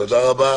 תודה רבה.